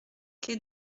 quai